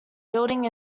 building